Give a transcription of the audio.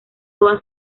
toda